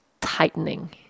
tightening